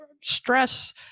stress